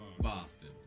Boston